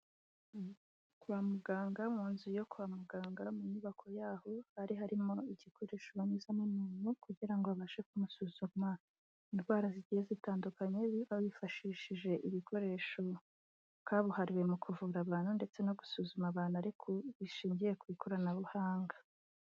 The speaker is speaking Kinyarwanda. Kwa muganga mu nzu yo kwa muganga mu nyubako yaho hari harimo igikoresho banyuzamo umuntu kugira ngo abashe kumusuzuma indwara zigiye zitandukanye bifashishije ibikoresho kabuhariwe mu kuvumba abantu ndetse no gusuzuma abantu ariko bishingiye ku ikoranabuhanga.